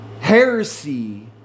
heresy